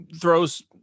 throws